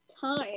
time